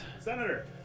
Senator